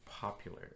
popular